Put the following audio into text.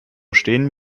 stehen